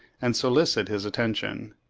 and solicit his attention.